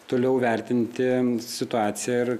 toliau vertinti situaciją ir